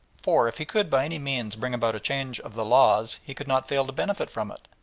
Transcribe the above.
for if he could by any means bring about a change of the laws he could not fail to benefit from it,